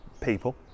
people